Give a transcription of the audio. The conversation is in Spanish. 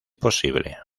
posible